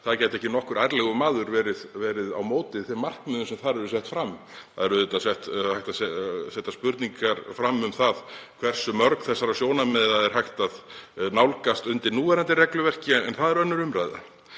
það gæti ekki nokkur ærlegur maður verið á móti þeim markmiðum sem þar eru sett fram. Það er auðvitað hægt að setja spurningar við það hversu mörg þessara sjónarmiða er hægt að nálgast undir núverandi regluverki, en það er önnur umræða.